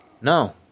no